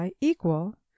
equal